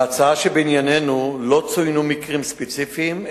בהצעה שבענייננו לא צוינו מקרים ספציפיים,